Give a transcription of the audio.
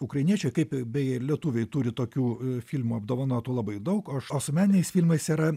ukrainiečiai kaip beje ir lietuviai turi tokių filmų apdovanotų labai daug o su meniniais filmais yra